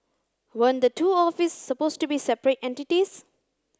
weren't the two office supposed to be separate entities